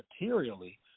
materially